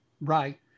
right